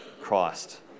Christ